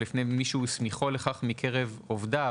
או לפני מי שהסמיכו לכך מקרב עובדיו.